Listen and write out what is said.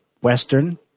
Western